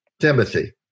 Timothy